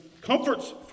comforts